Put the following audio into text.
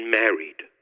married